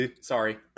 sorry